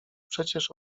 przecież